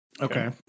Okay